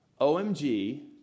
OMG